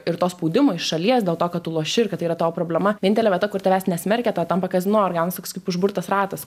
ir to spaudimo iš šalies dėl to kad tu loši ir kad tai yra tavo problema vienintelė vieta kur tavęs nesmerkia tada tampa kazino ir gaunas toks kaip užburtas ratas